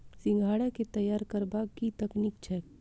सिंघाड़ा केँ तैयार करबाक की तकनीक छैक?